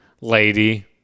lady